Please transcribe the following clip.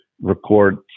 record